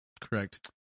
Correct